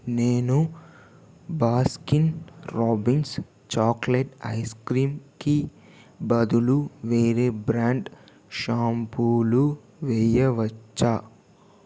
నేను Baskin Robbins chocolate ice క్రీంకి బదులు వేరే బ్ర్యాండ్ షాంపూలు వేయవచ్చా